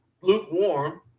lukewarm